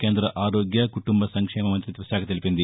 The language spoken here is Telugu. కేంద ఆరోగ్య కుటుంబ సంక్షేమ మంతిత్వ శాఖ తెలిపింది